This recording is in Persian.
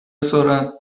سرعت